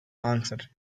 answered